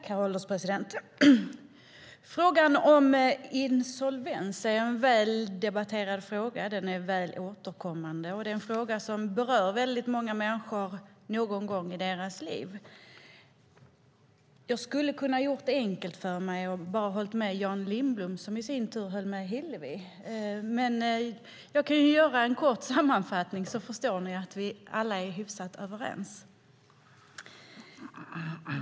Herr ålderspresident! Frågan om insolvens är en väldebatterad fråga. Den är återkommande och är en fråga som berör väldigt många människor någon gång i deras liv. Jag hade kunnat göra det enkelt för mig och bara hållit med Jan Lindholm, som i sin tur höll med Hillevi, men jag kan göra en kort sammanfattning så förstår ni att vi alla är hyfsat överens.